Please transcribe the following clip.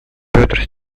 петр